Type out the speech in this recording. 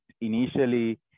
initially